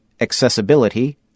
accessibility